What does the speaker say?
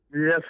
yes